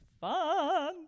fun